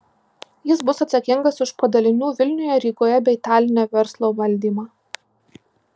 jis bus atsakingas už padalinių vilniuje rygoje bei taline verslo valdymą